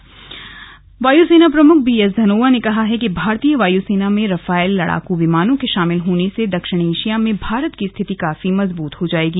वायुसेना प्रमुख वायुसेना प्रमुख बी एस धनोवा ने कहा है कि भारतीय वायुसेना में रफाल लड़ाकू विमानों के शामिल होने से दक्षिण एशिया में भारत की स्थिति काफी मजबूत हो जाएगी